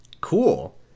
Cool